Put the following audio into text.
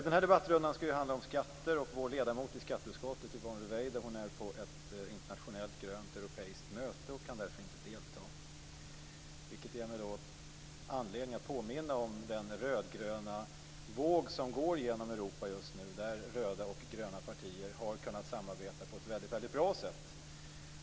Den här debattrundan skall handla om skatter. Miljöpartiets ledamot i skatteutskottet Yvonne Ruwaida är på ett internationellt grönt europeiskt möte och kan därför inte delta. Det ger mig anledning att påminna om den rödgröna våg som går genom Europa just nu där röda och gröna partier har kunnat samarbeta på ett väldigt bra sätt.